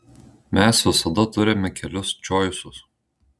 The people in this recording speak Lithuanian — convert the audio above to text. mes visada turime kelis čoisus